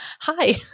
Hi